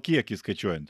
kiekį skaičiuojant